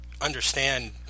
understand